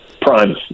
Prime